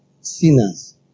Sinners